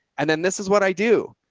and then this is what i do.